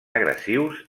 agressius